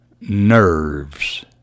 NERVES